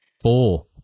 Four